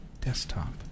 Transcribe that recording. desktop